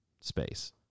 space